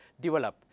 develop